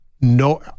No